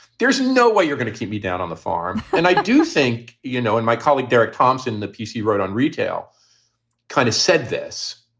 there's no way you're gonna keep me down on the farm. and i do think, you know, and my colleague derek thompson, the piece you wrote on retail kind of said this.